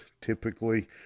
typically